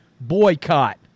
boycott